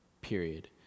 period